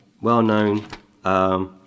well-known